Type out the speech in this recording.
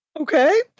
Okay